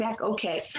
Okay